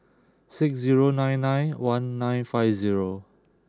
six zero nine nine one nine five zero